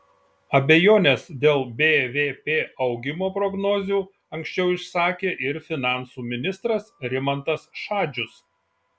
abejones dėl bvp augimo prognozių anksčiau išsakė ir finansų ministras rimantas šadžius